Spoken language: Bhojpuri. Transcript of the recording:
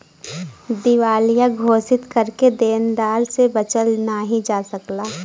दिवालिया घोषित करके देनदार से बचल नाहीं जा सकला